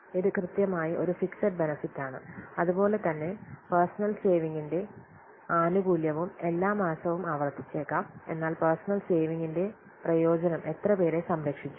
ഇത് കൃത്യമായി ഒരു ഫിക്സ്ഡ് ബെനെഫിറ്റ് ആണ് അതുപോലെ തന്നെ പേഴ്സണൽ സേവിംഗിന്റെ ആനുകൂല്യവും എല്ലാ മാസവും ആവർത്തിച്ചേക്കാം എന്നാൽ പേഴ്സണൽ സേവിംഗിന്റെ പ്രയോജനം എത്ര പേരെ സംരക്ഷിച്ചു